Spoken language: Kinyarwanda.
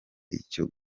icyo